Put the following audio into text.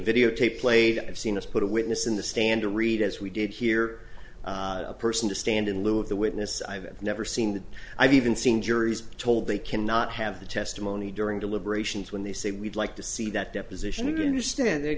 videotape played i've seen us put a witness in the stand and read as we did here a person to stand in lieu of the witness i've never seen that i've even seen juries are told they cannot have the testimony during deliberations when they say we'd like to see that deposition do stand they'